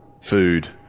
food